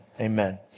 amen